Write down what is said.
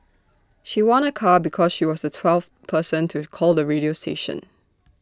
she won A car because she was the twelfth person to call the radio station